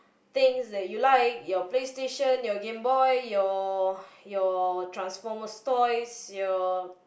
things that you like your PlayStation your GameBoy your your Transformers toys your